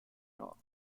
york